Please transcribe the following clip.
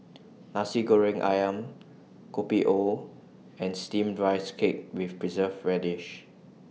Nasi Goreng Ayam Kopi O and Steamed Rice Cake with Preserved Radish